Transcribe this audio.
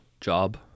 job